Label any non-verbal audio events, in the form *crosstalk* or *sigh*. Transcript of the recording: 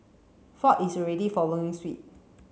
Ford is already following *unintelligible*